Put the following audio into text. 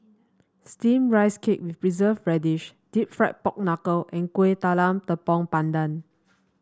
steamed Rice Cake with Preserved Radish deep fried Pork Knuckle and Kuih Talam Tepong Pandan